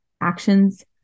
actions